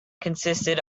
consisted